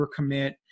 overcommit